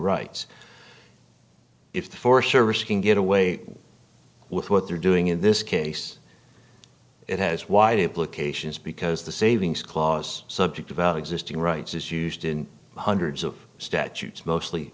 rights if the forest service can get away with what they're doing in this case it has wide implications because the savings clause subject about existing rights is used in hundreds of statutes mostly